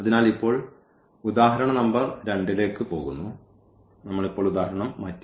അതിനാൽ ഇപ്പോൾ ഉദാഹരണ നമ്പർ 2 ലേക്ക് പോകുന്നു നമ്മൾ ഇപ്പോൾ ഉദാഹരണം മാറ്റി